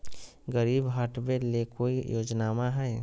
गरीबी हटबे ले कोई योजनामा हय?